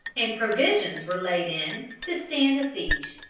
and provisions were laid in, to stand a siege.